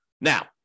Now